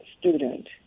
student